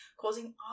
causing